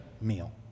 meal